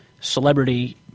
celebrity –